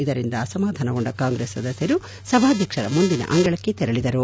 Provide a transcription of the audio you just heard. ಇದರಿಂದ ಅಸಮಾಧಾನಗೊಂಡ ಕಾಂಗ್ರೆಸ್ ಸದಸ್ನರು ಸಭಾಧ್ಯಕ್ಷರ ಮುಂದಿನ ಅಂಗಳಕ್ಕೆ ತೆರಳಿದರು